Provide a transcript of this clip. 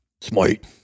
Smite